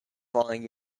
following